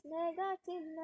negative